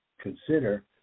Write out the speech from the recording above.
consider